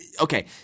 Okay